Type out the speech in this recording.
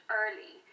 early